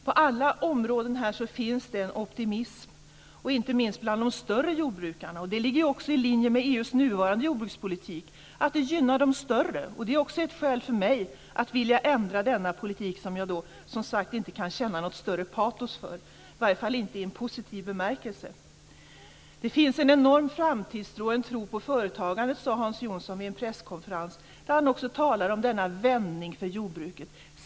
På alla områden finns det en optimism, inte minst bland de större jordbruken. Det ligger också i linje med EU:s nuvarande jordbrukspolitik, som gynnar de större. Det är också ett skäl för mig att vilja ändra denna politik, som jag som sagt inte kan känna något större patos för - i varje fall inte i positiv bemärkelse. Det finns en enorm framtidstro och en tro på företagandet, sade Hans Jonsson vid en presskonferens, där han också talade om denna vändning för jordbruket.